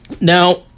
now